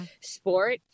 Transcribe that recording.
sport